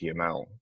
html